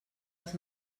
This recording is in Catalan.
els